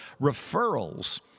referrals